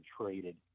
traded